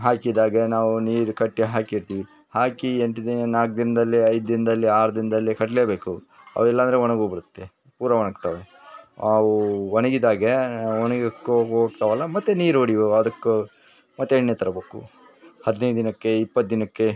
ಹಾಕಿದಾಗ ನಾವು ನೀರು ಕಟ್ಟಿ ಹಾಕಿರ್ತಿವಿ ಹಾಕಿ ಎಂಟು ದಿನ ನಾಲ್ಕು ದಿನದಲ್ಲಿ ಐದು ದಿನದಲ್ಲಿ ಆರು ದಿನದಲ್ಲಿ ಕಟ್ಟಲೇ ಬೇಕು ಅವಿಲ್ಲಾಂದರೆ ಒಣಗೋಗಿ ಬಿಡುತ್ತೆ ಪೂರಾ ಒಣಗ್ತವೆ ಅವು ಒಣಗಿದಾಗೆ ಒಣಗಿ ಹೋಗ್ತವಲ್ಲ ಮತ್ತು ನೀರು ಹೊಡಿಬೇಕು ಅದುಕ್ಕೆ ಮತ್ತು ಎಣ್ಣೆ ತರ್ಬೇಕು ಹದಿನೈದು ದಿನಕ್ಕೆ ಇಪ್ಪತ್ತು ದಿನಕ್ಕೆ